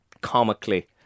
comically